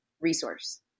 resource